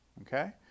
Okay